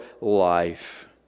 life